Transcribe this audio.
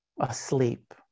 asleep